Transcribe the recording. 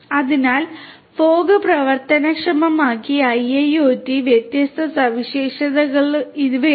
അതിനാൽ ഫോഗ് പ്രവർത്തനക്ഷമമാക്കിയ IIoT ന്റെ വ്യത്യസ്ത സവിശേഷതകളിൽ ചിലത് ഇവയാണ്